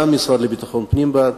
גם המשרד לביטחון פנים בעד.